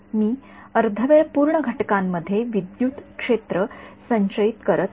मी अर्ध वेळ पूर्ण घटनांमध्ये विद्युत क्षेत्र संचयित करीत नाही